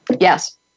Yes